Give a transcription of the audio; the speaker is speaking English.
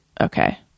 Okay